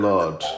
Lord